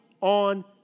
on